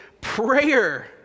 prayer